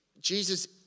Jesus